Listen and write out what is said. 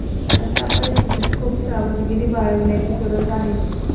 अशा परिस्थितीत खूप सावधगिरी बाळगण्याची गरज आहे